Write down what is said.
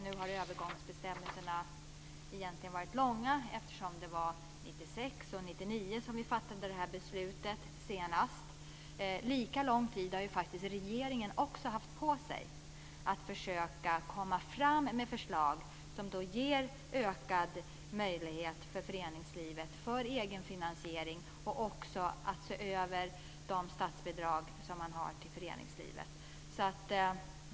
Nu har övergångsbestämmelserna gällt under väldigt lång tid, eftersom vi fattade beslut 1996 och 1999. Lika lång tid har också regeringen haft på sig för att försöka komma fram till ett förslag som ger ökad möjlighet för föreningslivet till en ökad egenfinansiering och också till att ta över de statsbidrag som går till föreningslivet.